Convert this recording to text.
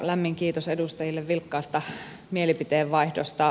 lämmin kiitos edustajille vilkkaasta mielipiteenvaihdosta